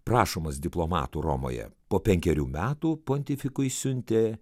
prašomas diplomatų romoje po penkerių metų pontifikui siuntė